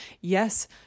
Yes